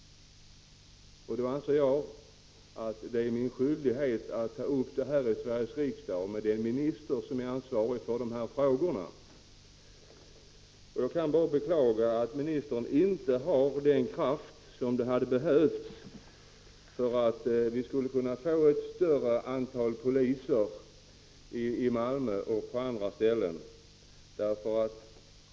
Då anser jag att det är min skyldighet att ta upp det i Sveriges riksdag och med den minister som är ansvarig för dessa frågor. Jag kan bara beklaga att ministern inte har den kraft som hade behövts för att vi skulle kunna få ett större antal poliser i Malmö och på andra ställen.